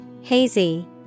Hazy